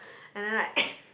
and then like